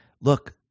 look